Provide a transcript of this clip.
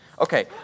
Okay